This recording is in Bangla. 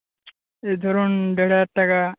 এই ধরুন দেড় হাজার টাকা